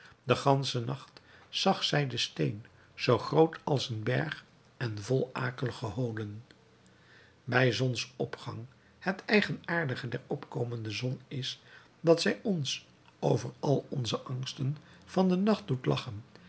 den ganschen nacht zag zij den steen zoo groot als een berg en vol akelige holen bij zonsopgang het eigenaardige der opkomende zon is dat zij ons over al onze angsten van den nacht doet lachen